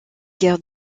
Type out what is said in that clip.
guerres